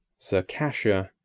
circassia,